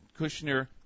Kushner